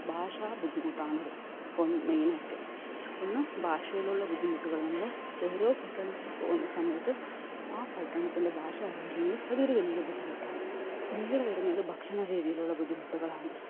ഭാഷാ ബുദ്ധിമുട്ടാണത് അപ്പോള് മെയിനായിട്ട് ഒന്ന് ഭാഷയിലുള്ള ബുദ്ധിമുട്ടുകള് നമ്മള് ഓരോ പട്ടണത്തിൽ പോകുന്ന സമയത്തും ആ പട്ടണത്തിൻ്റെ ഭാഷ അറിഞ്ഞില്ലെങ്കിൽ അതൊരു വലിയ ബുദ്ധിമുട്ടാണ് പിന്നീട് വരുന്നത് ഭക്ഷണ രീതിലുള്ള ബുദ്ധിമുട്ടുകളാണ്